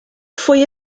foi